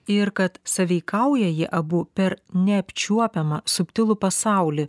ir kad sąveikauja jie abu per neapčiuopiamą subtilų pasaulį